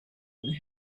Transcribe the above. and